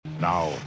Now